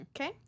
Okay